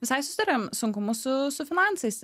visai susiduriam sunkumu su su finansais